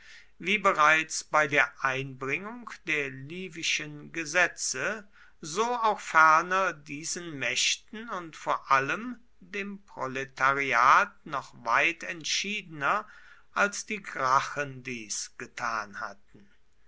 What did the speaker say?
wie bereits bei der einbringung der livischen gesetze so auch ferner diesen mächten und vor allem dem proletariat noch weit entschiedener als die gracchen dies getan hatten